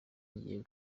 ngiye